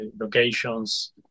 locations